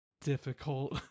difficult